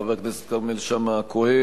חבר הכנסת כרמל שאמה-הכהן,